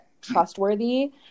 trustworthy